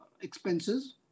expenses